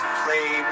play